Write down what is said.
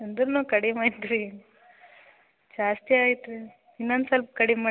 ಅಂದ್ರೂನು ಕಡಿಮೆ ಮಾಡಿರಿ ಜಾಸ್ತಿ ಆಯ್ತು ರೀ ಇನ್ನೊಂದು ಸ್ವಲ್ಪ ಕಡಿಮೆ ಮಾಡ್ರಿ ನಡಿ